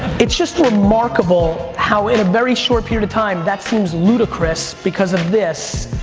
it's just remarkable how in a very short period of time, that seems ludicrous because of this.